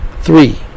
Three